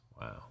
Wow